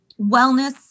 wellness